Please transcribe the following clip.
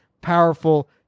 powerful